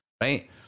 right